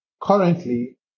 Currently